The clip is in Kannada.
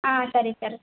ಹಾಂ ಸರಿ ಸರ್